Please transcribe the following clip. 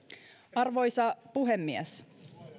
arvoisa puhemies